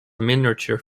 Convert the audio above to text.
miniature